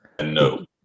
no